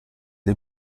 del